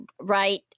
right